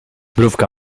mrówka